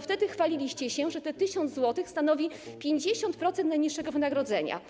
wtedy chwaliliście się, że te 1000 zł stanowi 50% najniższego wynagrodzenia.